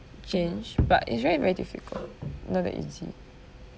change but it's very very difficult not that easy